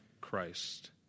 Christ